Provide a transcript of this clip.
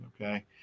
okay